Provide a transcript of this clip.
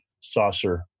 saucer